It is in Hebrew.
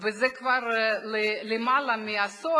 וזה כבר למעלה מעשור,